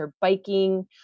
biking